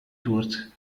tours